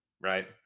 right